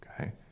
okay